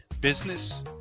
business